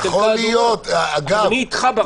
אני אתך.